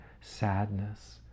sadness